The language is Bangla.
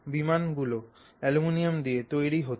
বিমান গুলো অ্যালুমিনিয়াম দিয়ে তৈরি হোতো